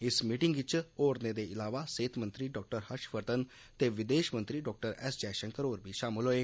इस मीटिंग च च होरने दे इलावा सेहत मंत्री डा हर्षवर्धन ते विदेश मंत्री डा एस जयशंकर होर बी शामल होए